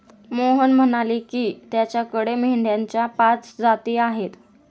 मोहन म्हणाले की, त्याच्याकडे मेंढ्यांच्या पाच जाती आहेत